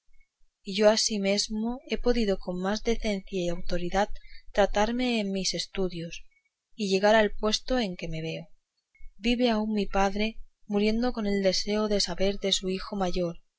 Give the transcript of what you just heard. y yo ansimesmo he podido con más decencia y autoridad tratarme en mis estudios y llegar al puesto en que me veo vive aún mi padre muriendo con el deseo de saber de su hijo mayor